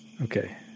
Okay